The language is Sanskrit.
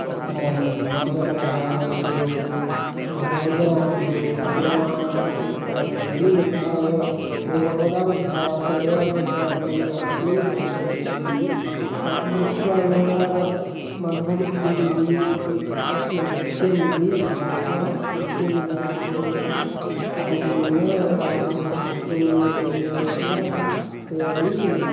तत्र मधुरफलाहारविषयेषु भोजनादिषु विद्यमानपरस्य चित्राणि भि मिथ्या एव ते सर्वदा मिथ्यावार्ता एव तत्र मीडियामध्ये प्रेषयिष्यन्ति तद्दृष्ट्वा एव मन्दबुद्धिभिः तद् सत्यम् इति ज्ञात्वा सत्यम् इति अवबू अवगम्य तादृशं वस्तूनि क्रीणीत्वा ते अपि